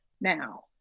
now